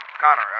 Connor